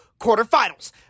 quarterfinals